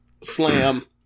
slam